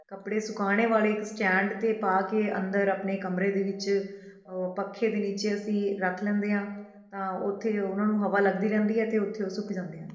ਕੱਪੜੇ ਸੁਕਾਉਣ ਵਾਲੇ ਇੱਕ ਸਟੈਂਡ 'ਤੇ ਪਾ ਕੇ ਅੰਦਰ ਆਪਣੇ ਕਮਰੇ ਦੇ ਵਿੱਚ ਪੱਖੇ ਦੇ ਨਿੱਚੇ ਅਸੀਂ ਰੱਖ ਲੈਂਦੇ ਹਾਂ ਤਾਂ ਉੱਥੇ ਉਹਨਾਂ ਨੂੰ ਹਵਾ ਲੱਗਦੀ ਰਹਿੰਦੀ ਹੈ ਅਤੇ ਉੱਥੇ ਉਹ ਸੁੱਕ ਜਾਂਦੇ ਆ